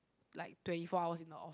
like twenty four hours in a off